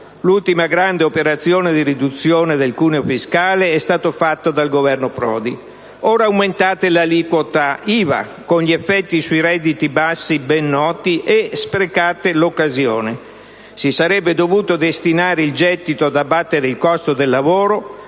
L'ultima grande operazione di riduzione del cuneo fiscale sul lavoro è stata fatta dal Governo Prodi. Ora aumentate l'aliquota IVA, con gli effetti ben noti sui redditi bassi, e sprecate l'occasione: si sarebbe dovuto destinare il gettito ad abbattere il costo del lavoro